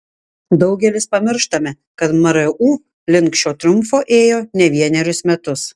daugelis pamirštame kad mru link šio triumfo ėjo ne vienerius metus